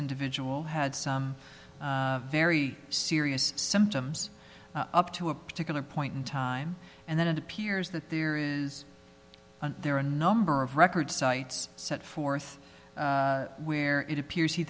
individual had some very serious symptoms up to a particular point in time and then it appears that there is and there are a number of record sites set forth where it appears he